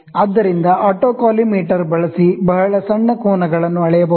ಆದ್ದರಿಂದ ಆಟೋಕಾಲಿಮೇಟರ್ ಬಳಸಿ ಬಹಳ ಸಣ್ಣ ಕೋನಗಳನ್ನು ಅಳೆಯಬಹುದು